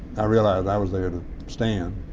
i realized i was there to stand.